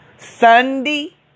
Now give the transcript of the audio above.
Sunday